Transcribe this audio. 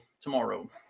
Tomorrow